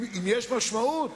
אם יש משמעות